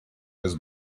his